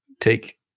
take